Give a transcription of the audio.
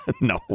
No